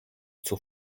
zur